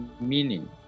meaning